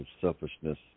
selfishness